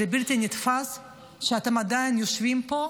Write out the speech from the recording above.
זה בלתי נתפס שאתם עדיין יושבים פה,